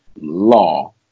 law